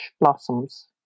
blossoms